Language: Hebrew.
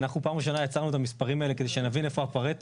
אנחנו פעם ראשונה יצרנו את המספרים האלו כדי שנבין איפה הפרטו.